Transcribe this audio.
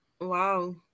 Wow